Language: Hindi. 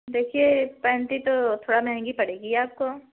देखिए पैंटी तो थोड़ा महंगी पड़ेगी आपको